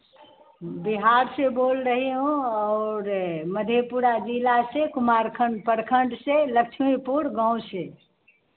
बिहार से बोल रही हूँ और मधेपुरा जिला से कुमारखंड प्रखण्ड से लक्ष्मीपुर गाँव से